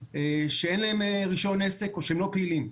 שאין להם רישיון עסק או שהם לא פעילים.